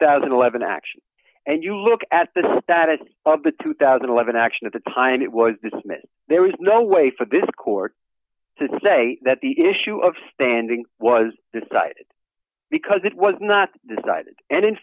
thousand and eleven action and you look at the status of the two thousand and eleven action at the time it was dismissed there was no way for this court to say that the issue of standing was decided because it was not decided and in